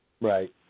Right